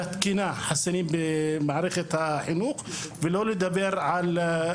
בתקינה חסרים במערכת החינוך ולא לדבר על,